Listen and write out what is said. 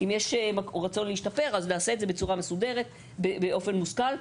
אם יש רצון להשתפר אז נעשה את זה בצורה מסודרת ובאופן מושכל,